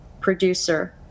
producer